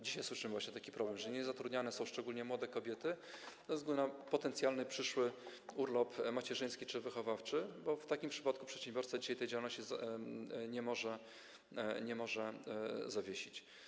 Dzisiaj słyszymy właśnie o takim problemie, że niezatrudniane są szczególnie młode kobiety ze względu na potencjalny przyszły urlop macierzyński czy wychowawczy, bo w takim przypadku przedsiębiorca dzisiaj tej działalności nie może zawiesić.